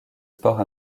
sports